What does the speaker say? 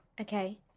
Okay